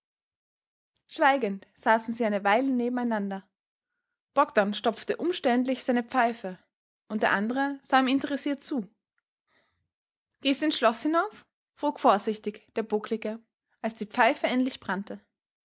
schweigend saßen sie eine weile nebeneinander bogdn stopfte umständlich seine pfeife und der andere sah ihm interessiert zu gehst ins schloß hinauf frug vorsichtig der bucklige als die pfeife endlich brannte